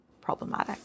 problematic